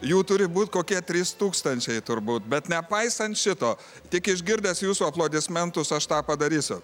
jų turi būt kokie trys tūkstančiai turbūt bet nepaisant šito tik išgirdęs jūsų aplodismentus aš tą padarysiu